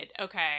Okay